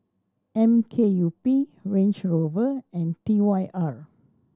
M K U P Range Rover and T Y R